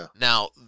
Now